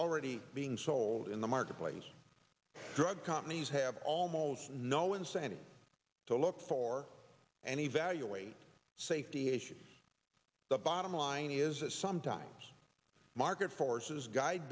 already being sold in the marketplace drug companies have almost no incentive to look for and evaluate the safety issue the bottom line is that sometimes market forces guide